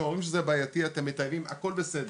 אתם אומרים שזה בעייתי, אתם מטייבים, הכול בסדר.